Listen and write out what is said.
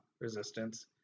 Resistance